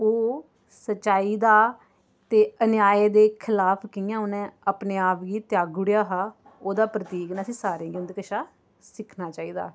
ओह् सचाई दा ते अन्याय दे खलाफ़ कि'यां उ'नें अपने आप गी तेआगी ओड़ेया हा ओह्दे प्रतीक न असें सारें गी उं'दे कशा सिक्खना चाहिदा